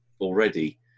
already